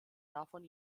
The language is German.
davon